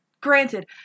granted